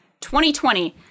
2020